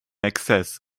excess